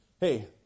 hey